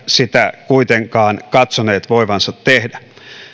sitä kuitenkaan katsoneet voivansa tehdä